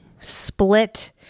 split